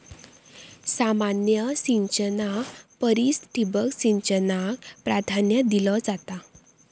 सामान्य सिंचना परिस ठिबक सिंचनाक प्राधान्य दिलो जाता